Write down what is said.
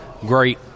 great